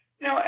No